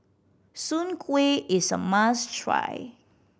Soon Kuih is a must try